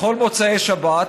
בכל מוצאי שבת,